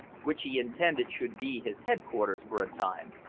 which he intended should be his headquarters for a time,